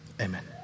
Amen